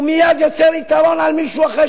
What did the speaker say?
הוא מייד יוצר יתרון על מישהו אחר,